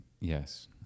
Yes